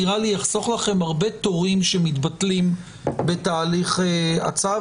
נראה לי שזה יחסוך לכם הרבה תורים שמתבטלים בתהליך הצו.